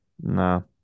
No